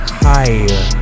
higher